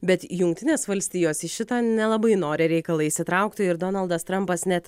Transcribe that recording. bet jungtinės valstijos į šitą nelabai nori reikalą įsitraukti ir donaldas trampas net